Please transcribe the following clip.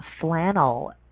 flannel